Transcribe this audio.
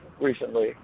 recently